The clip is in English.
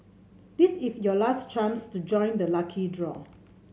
this is your last chance to join the lucky draw